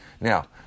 Now